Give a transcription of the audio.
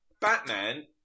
Batman